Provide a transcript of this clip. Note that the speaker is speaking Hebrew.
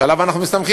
שעליו אנחנו מסתמכים,